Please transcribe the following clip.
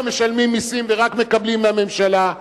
לא משלמים מסים ורק מקבלים מהממשלה.